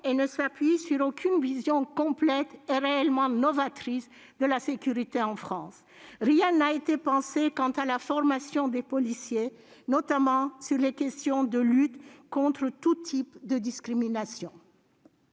et ne s'appuie sur aucune vision complète et réellement novatrice de la sécurité en France. Rien n'a été pensé quant à la formation des policiers, notamment sur les questions de la lutte contre tous les types de discrimination.